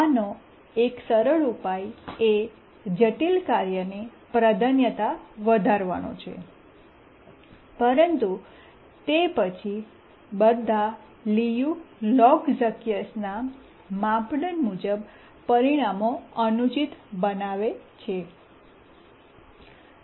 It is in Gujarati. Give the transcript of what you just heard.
આનો એક સરળ ઉપાય એ જટિલ કાર્યની પ્રાયોરિટીપ્રાધાન્યતા વધારવાનો છે પરંતુ તે પછી બધા લિયુ લહૌકઝકયસના માપદંડ મુજબ પરિણામો અનુચિત બનાવે છે